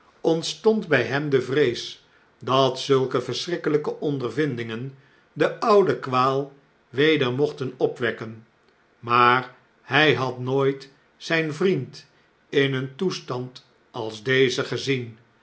ontstond bjj hem de vrees dat zulke verschrikkeljjke ondervindingen de oude kwaal weder mochten opwekken maar hjj had nooit zjjn vriend in een toestand als deze gezien